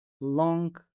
long